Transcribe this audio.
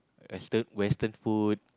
western western food